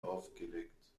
aufgelegt